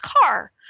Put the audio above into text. car